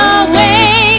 away